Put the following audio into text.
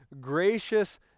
gracious